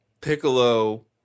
Piccolo